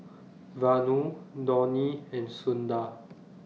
Vanu Dhoni and Sundar